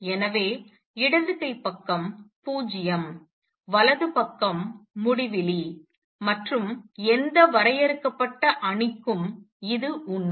எனவே இடது கை பக்கம் 0 வலது பக்கம் முடிவிலி மற்றும் எந்த வரையறுக்கப்பட்ட அணிக்கும் இது உண்மை